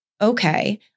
Okay